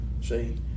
see